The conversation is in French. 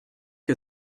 que